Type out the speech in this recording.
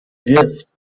gift